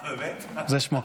זה שמו.